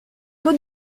taux